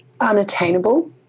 unattainable